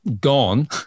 gone